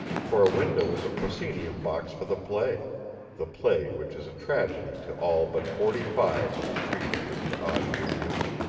for a window is a proscenium box for the play the play which is a tragedy to all but forty-five of the three hundred and odd juniors.